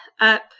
up